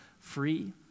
free